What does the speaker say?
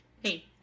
Hey